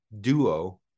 duo